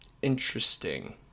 Interesting